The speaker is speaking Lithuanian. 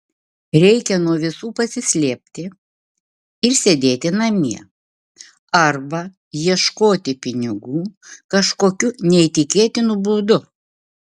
reikia nuo visų pasislėpti ir sėdėti namie arba ieškoti pinigų kažkokiu neįtikėtinu būdu